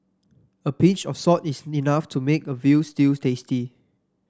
a pinch of salt is enough to make a veal stew tasty